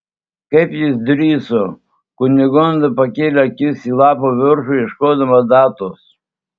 kaip jis drįso kunigunda pakėlė akis į lapo viršų ieškodama datos